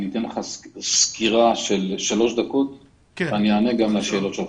אני אתן לך סקירה של שלוש דקות ואני אענה גם לשאלות שלך.